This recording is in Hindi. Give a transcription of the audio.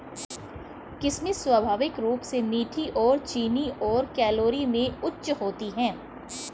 किशमिश स्वाभाविक रूप से मीठी और चीनी और कैलोरी में उच्च होती है